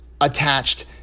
attached